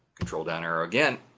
control down arrow again.